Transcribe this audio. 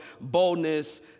boldness